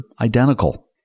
identical